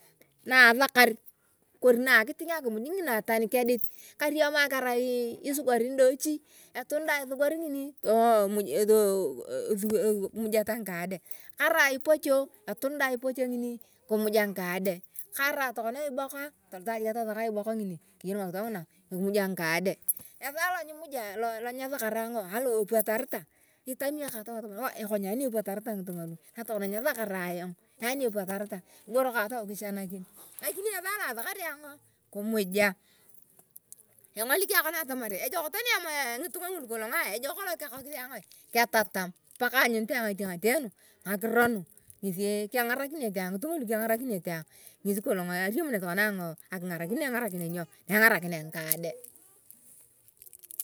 Na asakar wori na akiting akimuj ngina tani kedict kasiam ayung isugari tani nidichichi etudak eeh emuj eeh tu eeh emujata ngikana de kosau ipocho etubda ipocho nginai kimuja ngikana de kerai tukona iboka atolor aguna atasaka ibuka ngini ekayano ngakito nguna kimuja ngi kadigade esaa to nyimuja to nyasakara ayong aliwae epriatarata etami etau atamar ekoe nyani ni epuatareta ngitunga lu natokona nyasakara ayung nyani ni epuatareta kigor kang etau kichanakin lakini esaa toa asakasia ayona kimujia angolik agong kona atamar ejok tani kolong tani emopee ngitunga ngulu ngesi kokokis ayona aa ketatam pekanyunit ayong ngakiro nu ngesi kangarakinet ayong ngesi tokona asiamunia ayong akingarakin na engarakinia ngide kang.